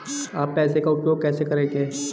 आप पैसे का उपयोग कैसे करेंगे?